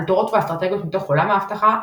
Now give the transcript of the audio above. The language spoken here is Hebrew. על תורות ואסטרטגיות מתוך עולם האבטחה,